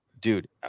dude